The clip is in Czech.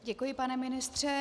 Děkuji, pane ministře.